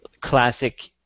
classic